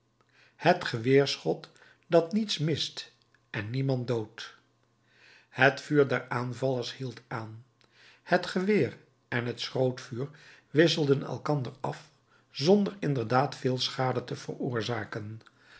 het geweerschot dat niets mist en niemand doodt het vuur der aanvallers hield aan het geweer en het schrootvuur wisselden elkander af zonder inderdaad veel schade te veroorzaken